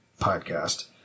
podcast